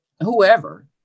whoever